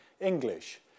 English